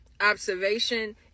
observation